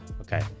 Okay